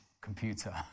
computer